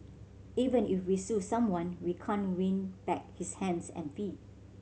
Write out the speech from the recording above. even if we sue someone we can't win back his hands and feet